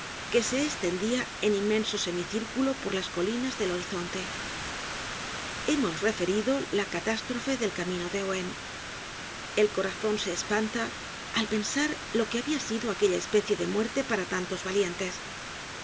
que se estendia en inmenso semicírculo por las colinas del horizonte hemos referido la catástrofe del camino de ohain el corazon se espanta al pensar lo que habia sido aquella especie de muerte para tantos valientes si